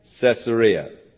Caesarea